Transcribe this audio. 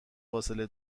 فاصله